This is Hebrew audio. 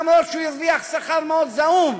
ואף-על-פי שהוא הרוויח שכר מאוד זעום,